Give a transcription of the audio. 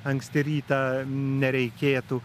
anksti rytą nereikėtų